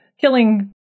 killing